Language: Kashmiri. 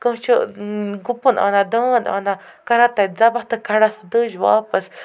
کانٛہہ چھِ گُپُن اَنان دانٛد اَنان کران تَتہِ ذبح تہٕ کَڑان سٔہ دٔج واپَس